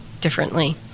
differently